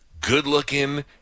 good-looking